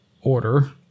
order